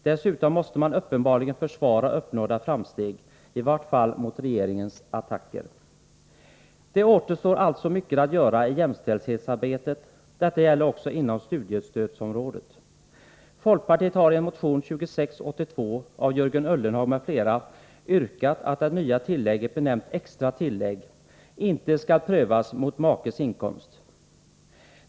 Dessutom måste vi uppenbarligen försvara uppnådda framsteg, i vart fall mot regeringens attacker. Det återstår alltså mycket att göra i jämställdhetsarbetet. Detta gäller också inom studiestödsområdet. Folkpartiet har i motion 2682 av Jörgen Ullenhag och Ingemar Eliasson yrkat att det nya tillägget benämnt ”extra tillägg” inte skall prövas mot makes inkomst.